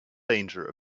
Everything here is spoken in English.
danger